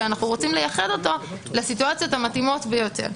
שאנחנו רוצים לייחד לסיטואציות המתאימות ביותר.